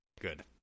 Good